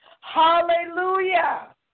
Hallelujah